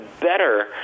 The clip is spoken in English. better